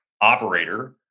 operator